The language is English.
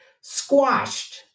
squashed